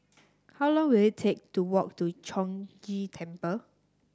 how long will it take to walk to Chong Ghee Temple